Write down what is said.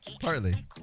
Partly